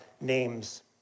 names